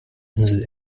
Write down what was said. insel